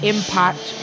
Impact